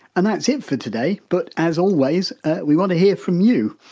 and that's it for today, but as always we want to hear from you.